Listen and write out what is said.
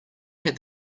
had